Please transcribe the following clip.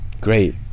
great